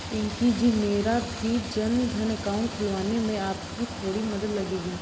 पिंकी जी मेरा भी जनधन अकाउंट खुलवाने में आपकी थोड़ी मदद लगेगी